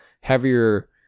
heavier